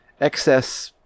Excess